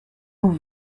vous